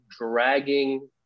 dragging